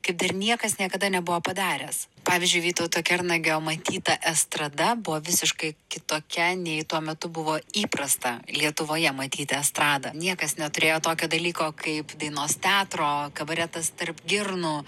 kaip dar niekas niekada nebuvo padaręs pavyzdžiui vytauto kernagio matyta estrada buvo visiškai kitokia nei tuo metu buvo įprasta lietuvoje matyti estradą niekas neturėjo tokio dalyko kaip dainos teatro kabaretas tarp girnų